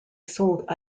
sold